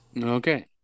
Okay